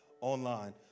online